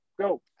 go